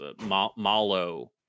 Malo